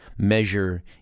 measure